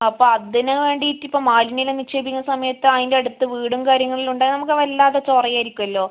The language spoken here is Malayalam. അപ്പോൾ അതിന് വേണ്ടിയിട്ട് ഇപ്പോൾ മാലിന്യം എല്ലാം നിക്ഷേപിക്കുന്ന സമയത്ത് അതിൻ്റെ അടുത്ത് വീടും കാര്യങ്ങളെല്ലാം ഉണ്ടെങ്കിൽ നമ്മൾക്ക് വല്ലാത്ത ചൊറ ആയിരിക്കുമല്ലോ